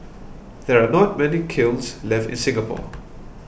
there are not many kilns left in Singapore